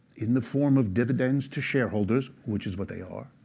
in the form of dividends to shareholders, which is what they are,